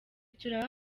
turaba